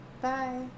Bye